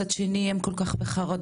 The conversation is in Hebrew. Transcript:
מצד שני הם כל כך בחרדות.